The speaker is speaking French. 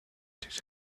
des